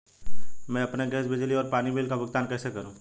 मैं अपने गैस, बिजली और पानी बिल का भुगतान कैसे करूँ?